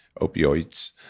opioids